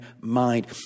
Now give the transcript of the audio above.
mind